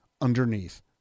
underneath